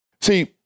See